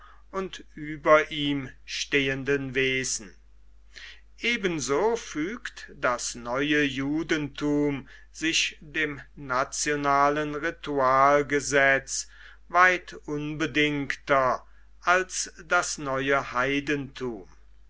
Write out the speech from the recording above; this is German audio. und über ihm stehenden wesen ebenso fügt das neue judentum sich dem nationalen ritualgesetz weit unbedingter als das neue heidentum